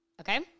Okay